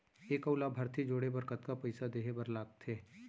एक अऊ लाभार्थी जोड़े बर कतका पइसा देहे बर लागथे?